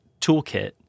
toolkit